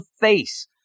face